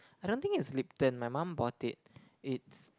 I don't think it's Lipton my mum bought it it's